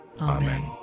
Amen